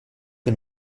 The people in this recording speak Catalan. què